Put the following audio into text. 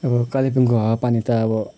hello कालिम्पोङको हावापानी त अब